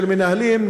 של מנהלים,